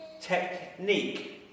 technique